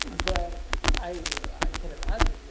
but i can imagine,